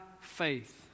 faith